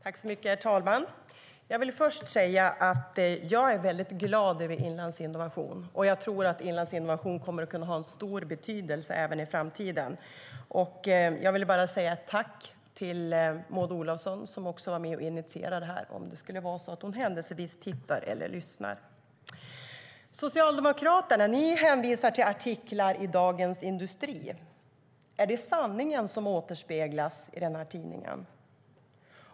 Herr talman! Först vill jag säga att jag är väldigt glad över Inlandsinnovation, och jag tror att Inlandsinnovation kommer att kunna ha stor betydelse även i framtiden. Jag vill bara säga tack till Maud Olofsson, som var med och initierade detta, om hon händelsevis tittar eller lyssnar. Ni socialdemokrater hänvisar till artiklar i Dagens Industri. Är det sanningen som återspeglas i denna tidning?